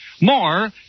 More